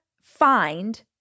find